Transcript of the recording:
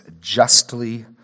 justly